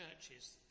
churches